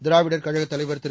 திராவிடர் கழகத் தலைவர் திரு